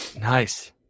nice